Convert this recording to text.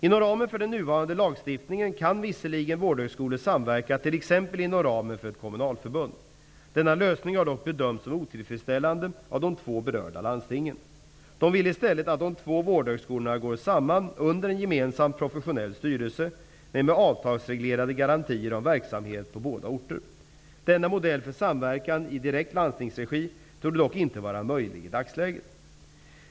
Inom ramen för den nuvarande lagstiftningen kan visserligen vårdhögskolor samverka t.ex. inom ramen för ett kommunalförbund. Denna lösning har dock bedömts som otillfredsställande av de två berörda landstingen. De vill i stället att de två vårdhögskolorna går samman under en gemensam professionell styrelse, men med avtalsreglerade garantier om verksamhet på båda orterna. Denna modell för samverkan i direkt landstingsregi torde dock inte vara möjlig i dagsläget.